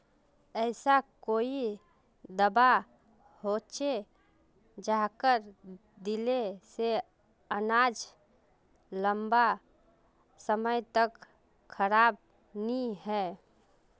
ऐसा कोई दाबा होचे जहाक दिले से अनाज लंबा समय तक खराब नी है?